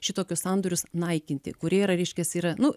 šitokius sandorius naikinti kurie yra reiškias yra nu